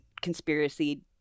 conspiracy